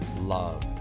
love